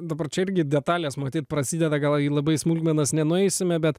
dabar čia irgi detalės matyt prasideda gal į labai smulkmenas nenueisime bet